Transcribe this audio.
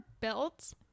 built